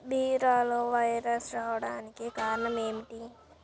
బీరలో వైరస్ రావడానికి కారణం ఏమిటి?